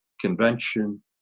convention